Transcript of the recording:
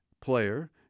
player